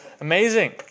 Amazing